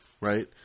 right